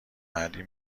علی